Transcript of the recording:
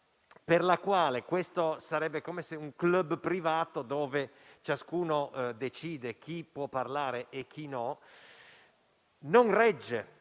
la quale questo sarebbe come un *club* privato, dove ciascuno decide chi può parlare e chi non può, non regge.